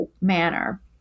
manner